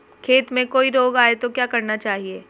खेत में कोई रोग आये तो क्या करना चाहिए?